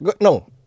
No